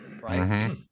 Right